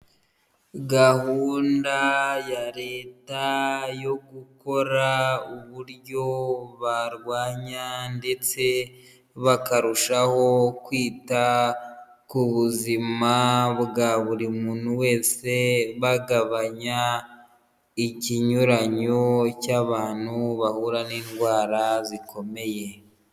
Gahunda ya leta yo gukora uburyo barwanya ndetse bakarushaho kwita ku buzima bwa buri muntu wese, bagabanya ikinyuranyo cy'abantu bahura n'indwara zikomeye.